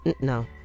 No